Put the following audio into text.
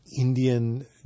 Indian